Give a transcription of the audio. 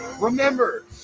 Remember